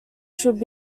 should